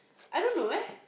I don't know eh